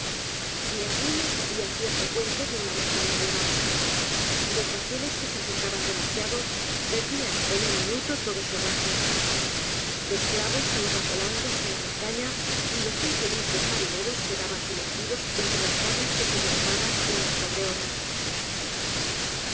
mi abuelo sabia cierfp cuento de una montaña de imán los bajeles que se acercaban demasiado perdían en un minuto todo su herraje los clavos se iban volando hacia la montaña y los infelices marineros quedaban sumergidos entre las tablas que se derrumbaban unas sobre otras